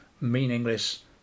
meaningless